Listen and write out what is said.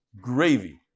gravy